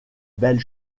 belle